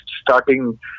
starting